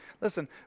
listen